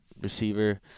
receiver